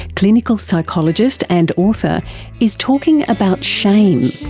clinical psychologist and author is talking about shame,